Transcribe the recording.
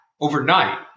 overnight